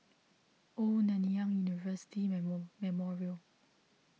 Old Nanyang University Memorial